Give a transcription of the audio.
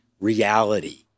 reality